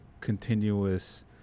continuous